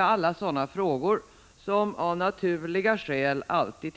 Alla sådana frågor tilldrar sig av naturliga skäl alltid